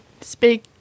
speak